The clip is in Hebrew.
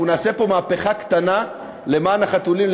אנחנו נעשה פה מהפכה קטנה למען החתולים,